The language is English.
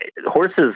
horses